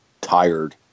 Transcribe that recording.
tired